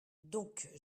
donc